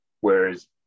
Whereas